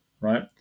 right